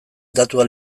datua